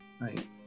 Right